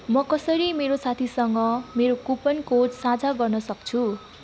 म कसरी मेरो साथीसँग मेरो कुपन कोड साझा गर्न सक्छु